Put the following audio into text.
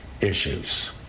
issues